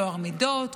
טוהר מידות,